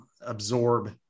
absorb